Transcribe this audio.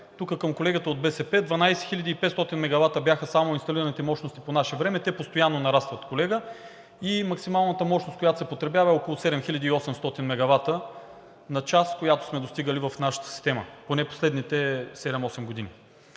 Тук към колегата от БСП – 12 500 мегавата бяха само инсталираните мощности по наше време, те постоянно нарастват, колега, и максималната мощност, която се потребява, е около 7800 мегавата на час, която сме достигали в нашата система, поне в последните 7 – 8 години.